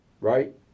right